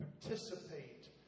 participate